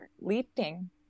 leaping